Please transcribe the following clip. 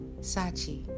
Sachi